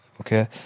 okay